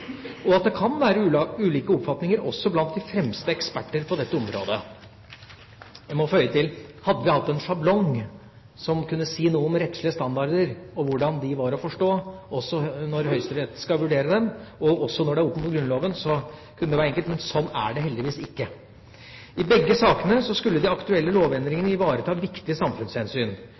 og at det kan være ulike oppfatninger også blant de fremste eksperter på dette området. Jeg må føye til: Hadde vi hatt en sjablong som kunne si noe om rettslige standarder, og hvordan de var å forstå – også når Høyesterett skal vurdere dem, og også når det er opp mot Grunnloven – kunne det vært enkelt. Men slik er det heldigvis ikke. I begge sakene skulle de aktuelle lovendringene ivareta viktige samfunnshensyn.